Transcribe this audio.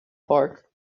park